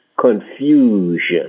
confusion